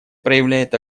проявляет